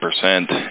percent